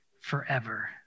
forever